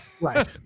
Right